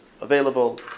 available